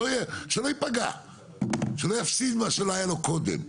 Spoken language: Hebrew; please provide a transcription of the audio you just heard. שלא ייפגע, שלא יפסיד מה שלא היה לו קודם.